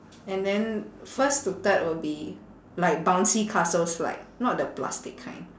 and then first to third will be like bouncy castle slide not the plastic kind